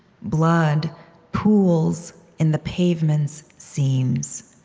blood pools in the pavement's seams.